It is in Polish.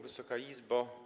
Wysoka Izbo!